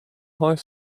high